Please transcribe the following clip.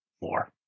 more